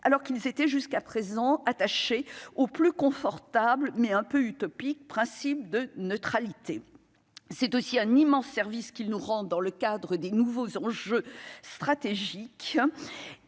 alors qu'ils étaient jusqu'à présent, attaché au plus confortable, mais un peu utopique, principe de neutralité, c'est aussi un immense service qui nous rentre dans le cadre des nouveaux enjeux stratégiques